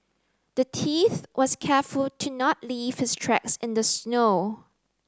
the thief was careful to not leave his tracks in the snow